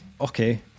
okay